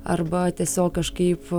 arba tiesiog kažkaip